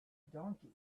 donkey